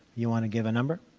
you want to give a number?